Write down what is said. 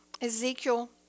Ezekiel